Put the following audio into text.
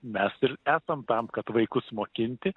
mes ir esam tam kad vaikus mokinti